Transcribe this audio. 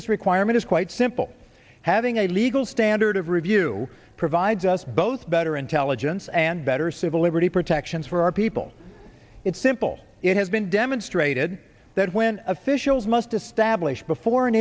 this requirement is quite simple having a legal standard of review provides us both better intelligence and better civil liberty protections for our people it's simple it has been demonstrated that when officials must establish before an